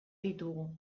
ditugu